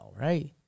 right